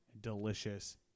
delicious